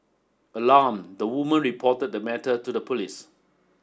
alarmed the woman reported the matter to the police